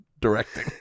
directing